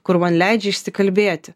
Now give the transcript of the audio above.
kur man leidžia išsikalbėti